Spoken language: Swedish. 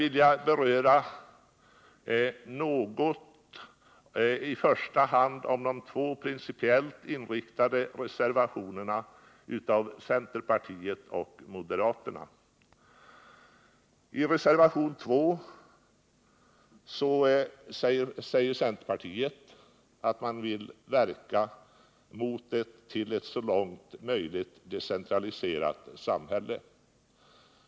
Vidare något om i första hand de två principiellt inriktade reservationerna av centerpartiet och moderaterna. I reservation nr 2 säger centerpartiet att man vill verka för ett så långt möjligt decentraliserat samhälle.